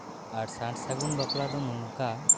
ᱟᱨ ᱥᱟᱨ ᱥᱟᱹᱜᱩᱱ ᱵᱟᱯᱞᱟ ᱫᱚ ᱱᱚᱝᱠᱟ